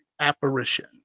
apparition